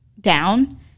down